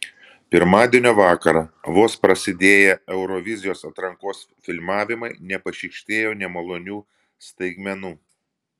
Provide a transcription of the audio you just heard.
pirmadienio vakarą vos prasidėję eurovizijos atrankos filmavimai nepašykštėjo nemalonių staigmenų